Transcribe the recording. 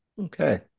okay